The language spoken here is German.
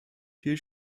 viel